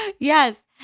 Yes